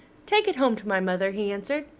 take it home to my mother, he answered.